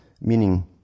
meaning